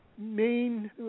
main